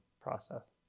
process